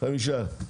חמישה.